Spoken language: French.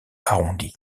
arrondi